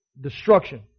destruction